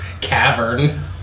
Cavern